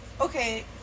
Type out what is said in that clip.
Okay